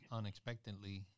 unexpectedly